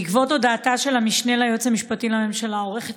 בעקבות הודעתה של המשנה ליועץ המשפטי לממשלה עו"ד